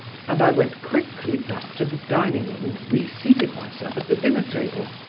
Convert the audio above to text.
and i went quickly back to the dining-room and reseated myself at the dinner-table.